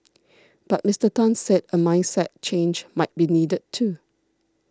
but Mister Tan said a mindset change might be needed too